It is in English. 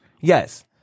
Yes